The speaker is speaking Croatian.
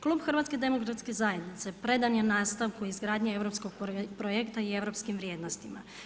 Klub HDZ-a predan je nastavku izgradnje europskog projekta i europskim vrijednostima.